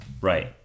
Right